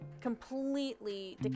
completely